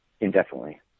indefinitely